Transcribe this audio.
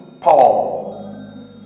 Paul